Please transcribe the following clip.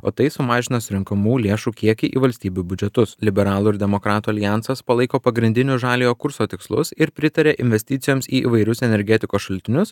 o tai sumažina surenkamų lėšų kiekį į valstybių biudžetus liberalų ir demokratų aljansas palaiko pagrindinius žaliojo kurso tikslus ir pritaria investicijoms į įvairius energetikos šaltinius